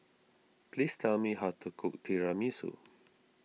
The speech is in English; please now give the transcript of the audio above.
please tell me how to cook Tiramisu